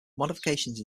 modifications